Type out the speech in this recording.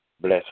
Bless